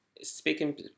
speaking